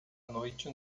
noite